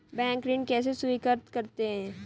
Bank ऋण कैसे स्वीकृत करते हैं?